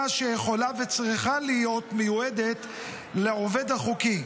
שיכולה וצריכה להיות מיועדת לעובד החוקי,